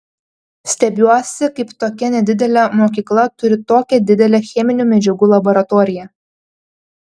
stebiuosi kaip tokia nedidelė mokykla turi tokią didelę cheminių medžiagų laboratoriją